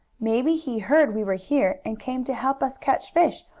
maybe he heard we were here, and came to help us catch fish,